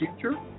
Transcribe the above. future